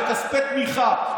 וכספי תמיכה.